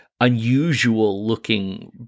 unusual-looking